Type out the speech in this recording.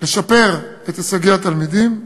לשפר את הישגי התלמידים,